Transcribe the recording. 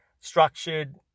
structured